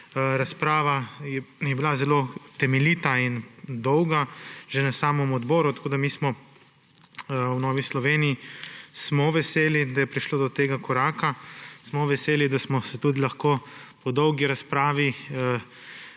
Razprava je bila zelo temeljita in dolga že na samem odboru. Mi v Novi Sloveniji smo veseli, da je prišlo do tega koraka, smo veseli, da smo se tudi lahko po dolgi razpravi,